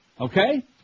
Okay